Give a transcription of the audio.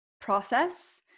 process